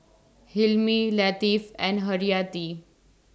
Hilmi Latif and Haryati